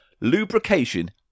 lubrication